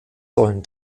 sollen